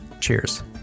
Cheers